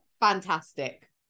fantastic